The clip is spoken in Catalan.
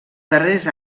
darrers